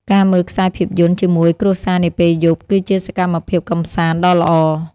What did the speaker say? ការមើលខ្សែភាពយន្តជាមួយគ្រួសារនាពេលយប់ គឺជាសកម្មភាពកម្សាន្តដ៏ល្អ។